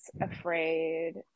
afraid